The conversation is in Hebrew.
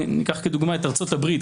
ניקח כדוגמה את ארצות הברית.